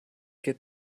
get